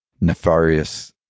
nefarious